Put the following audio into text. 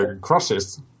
crushes